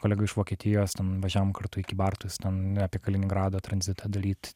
kolega iš vokietijos ten važiavom kartu į kybartus ten apie kaliningrado tranzitą daryt